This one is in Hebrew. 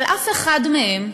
אבל אף אחד מהם,